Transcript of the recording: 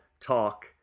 talk